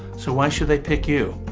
so why should they pick you?